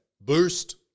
Boost